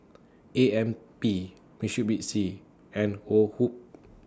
A M P Mitsubishi and Woh Hup